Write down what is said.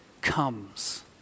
comes